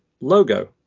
logo